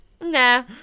Nah